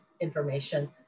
information